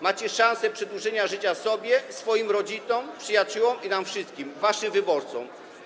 Macie szansę przedłużenia życia sobie, swoim rodzicom, przyjaciołom i nam wszystkim - waszym wyborcom.